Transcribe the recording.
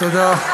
תודה,